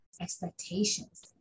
expectations